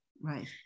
Right